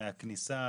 מהכניסה,